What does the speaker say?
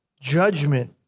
judgment